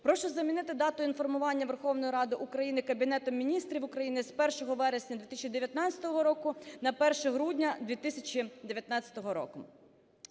Прошу замінити дату інформування Верховної Ради України Кабінетом Міністрів України з 1 вересня 2019 року на 1 грудня 2019 року.